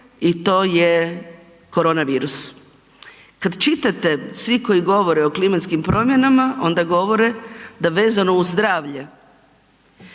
i to je koronavirus. Kad čitate svi koji govore o klimatskim promjenama, onda govore da vezano uz zdravlje